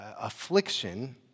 affliction